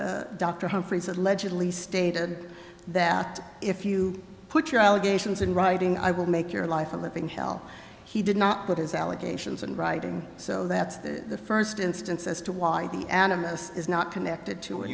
dr humphreys allegedly stated that if you put your allegations in writing i will make your life a living hell he did not put his allegations in writing so that's the first instance as to why the animists is not connected to